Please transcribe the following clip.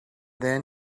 then